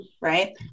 Right